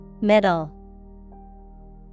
Middle